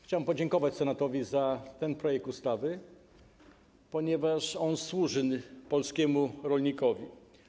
Chciałem podziękować Senatowi za ten projekt ustawy, ponieważ on służy polskiemu rolnikowi.